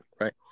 right